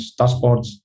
dashboards